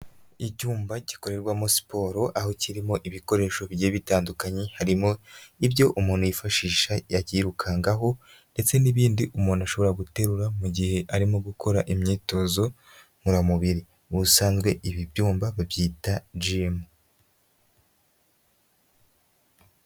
Icyumba gikorerwamo siporo aho kirimo ibikoresho bigiye bitandukanye harimo ibyo umuntu yifashisha abyirukangaho ndetse n'ibindi umuntu ashobora guterura mu gihe arimo gukora imyitozo ngororamubiri, ubusanzwe ibi byumba babyita gimu.